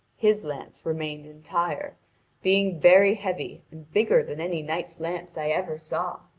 his lance remained entire being very heavy and bigger than any knight's lance i ever saw.